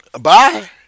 bye